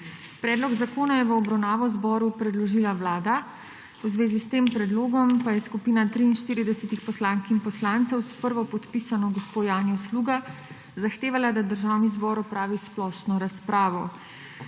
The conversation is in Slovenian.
Predlog zakona je v obravnavo Državnemu zboru predložila Vlada, v zvezi s tem predlogom pa je skupina 43 poslank in poslancev s prvopodpisano gospo Janjo Sluga zahtevala, da Državni zbor opravi splošno razpravo.